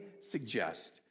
suggest